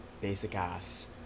basic-ass